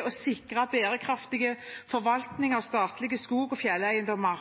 å sikre bærekraftig forvaltning av statlige skog- og fjelleiendommer